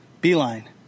Beeline